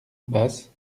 basse